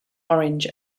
orange